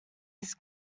his